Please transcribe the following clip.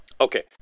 Okay